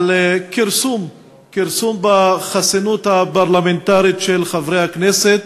על כרסום, כרסום בחסינות הפרלמנטרית של חברי הכנסת